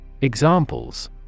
Examples